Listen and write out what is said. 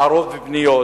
הערות ופניות